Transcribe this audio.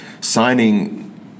signing